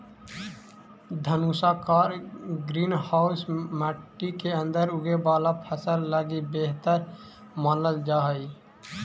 धनुषाकार greenhouse मट्टी के अंदर उगे वाला फसल लगी बेहतर मानल जा हइ